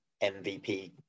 MVP